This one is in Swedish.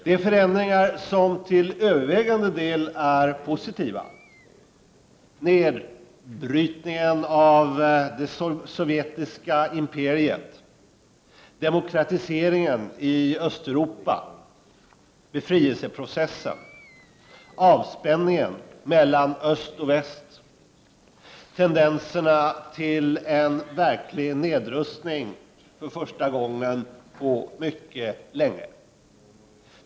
Det är förändringar som till övervägande del är positiva: nedbrytningen av det sovjetiska imperiet, demokratiseringen i Östeuropa, befrielseprocessen, avspänningen mellan öst och väst, tendenserna till en verklig nedrustning för första gången på mycket länge.